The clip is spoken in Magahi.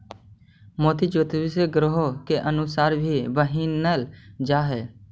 मोती ज्योतिषीय ग्रहों के अनुसार भी पहिनल जा हई